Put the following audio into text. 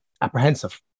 apprehensive